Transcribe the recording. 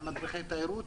על מדריכי תיירות,